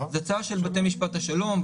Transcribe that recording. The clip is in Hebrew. זה צו של בתי משפט השלום,